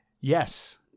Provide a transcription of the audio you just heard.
Yes